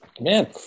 man